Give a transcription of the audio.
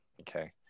okay